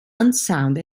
unsound